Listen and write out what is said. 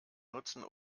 nutzen